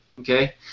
okay